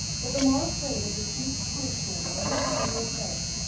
but the more afraid of the chief functionary every time he appears,